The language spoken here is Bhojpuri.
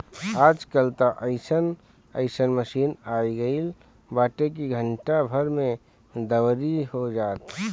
आज कल त अइसन अइसन मशीन आगईल बाटे की घंटा भर में दवरी हो जाता